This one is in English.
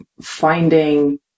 finding